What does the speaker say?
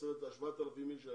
את ה-7,000 אנשים,